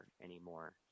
anymore